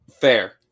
Fair